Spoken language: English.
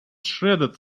shredded